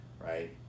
right